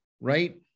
Right